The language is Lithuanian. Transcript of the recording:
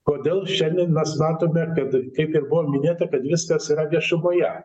kodėl šiandien mes matome kad kaip ir buvo minėta kad viskas yra viešumoje